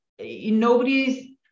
nobody's